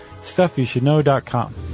StuffYouShouldKnow.com